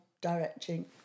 directing